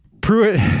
Pruitt